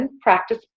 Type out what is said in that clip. practice